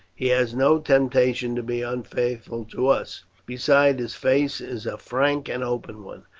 he has no temptation to be unfaithful to us besides, his face is a frank and open one.